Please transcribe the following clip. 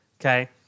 okay